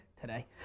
today